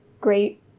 Great